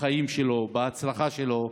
בחיים שלו, בהצלחה שלו.